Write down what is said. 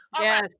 Yes